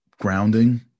grounding